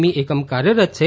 ઇ એકમ કાર્યરત છે